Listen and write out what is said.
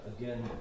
again